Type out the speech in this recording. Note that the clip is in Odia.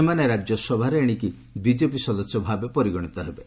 ସେମାନେ ରାଜ୍ୟସଭାରେ ଏଣିକି ବିଜେପି ସଦସ୍ୟ ଭାବେ ପରିଗଣିତ ହେବେ